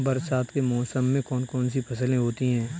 बरसात के मौसम में कौन कौन सी फसलें होती हैं?